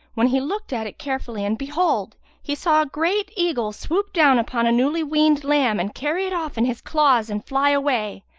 when he looked at it carefully and behold, he saw a great eagle swoop down upon a newly weaned lamb and carry it off in his claws and fly away.